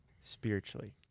spiritually